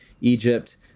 Egypt